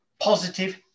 positive